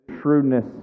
shrewdness